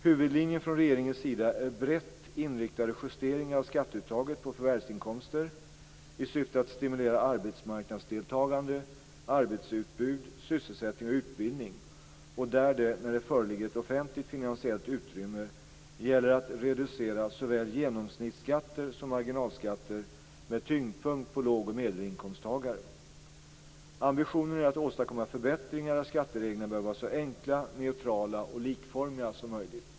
Huvudlinjen från regeringens sida är brett inriktade justeringar av skatteuttaget på förvärvsinkomster i syfte att stimulera arbetsmarknadsdeltagande, arbetsutbud, sysselsättning och utbildning och där det - när det föreligger ett offentligt-finansiellt utrymme - gäller att reducera såväl genomsnittsskatter som marginalskatter med tyngdpunkt på låg och medelinkomsttagare. Ambitionen är att åstadkomma förbättringar där skattereglerna bör vara så enkla, neutrala och likformiga som möjligt.